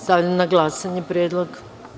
Stavljam na glasanje ovaj predlog.